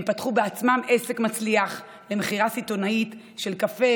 הם פתחו בעצמם עסק מצליח למכירה סיטונאית של קפה,